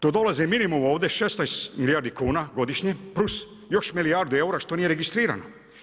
To dolazi minimum ovdje 16 milijardi kuna godišnje plus još milijardu eura što nije registrirano.